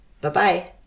Bye-bye